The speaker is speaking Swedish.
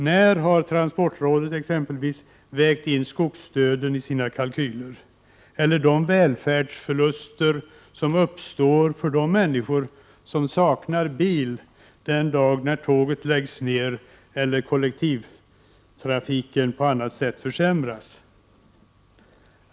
När har exempelvis transportrådet vägt in skogsdöden i sina kalkyler, eller de välfärdsförluster som uppstått för de människor som saknar bil den dag då tåget läggs ned eller kollektivtrafiken på annat sätt försämras?